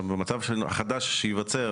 במצב החדש שייווצר,